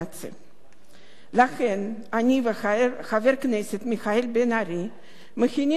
לכן אני וחבר הכנסת מיכאל בן-ארי מכינים הצעת חוק חדשה